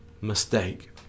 mistake